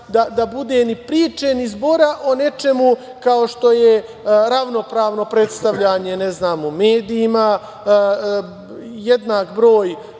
da bude ni priče ni zbora o nečemu kao što je ravnopravno predstavljanje u medijima, jednak broj